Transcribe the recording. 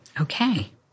Okay